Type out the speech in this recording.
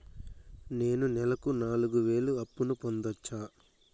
నేను నెలకు నాలుగు వేలు అప్పును పొందొచ్చా?